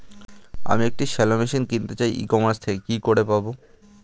আমি একটি shallow machine কিনতে চাই ই কমার্স থেকে কি করে পাবো?